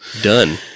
done